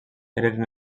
eren